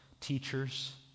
teachers